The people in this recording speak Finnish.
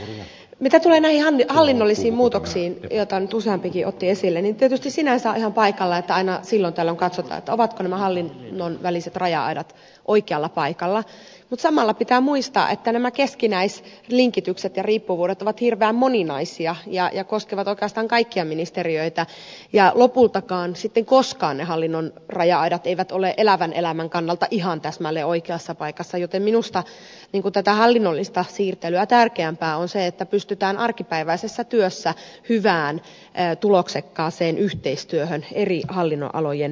mutta mitä tulee näihin hallinnollisiin muutoksiin joita nyt useampikin otti esille niin tietysti sinänsä on ihan paikallaan että aina silloin tällöin katsotaan ovatko nämä hallinnon väliset raja aidat oikealla paikalla mutta samalla pitää muistaa että nämä keskinäislinkitykset ja riippuvuudet ovat hirveän moninaisia ja koskevat oikeastaan kaikkia ministeriöitä ja lopultakaan sitten koskaan ne hallinnon raja aidat eivät ole elävän elämän kannalta ihan täsmälleen oikeassa paikassa joten minusta tätä hallinnosta siirtelyä tärkeämpää on se että pystytään arkipäiväisessä työssä hyvään tuloksekkaaseen yhteistyöhön eri hallinnonalojen välillä